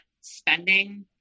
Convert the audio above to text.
spending